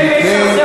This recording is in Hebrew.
תגיד לי,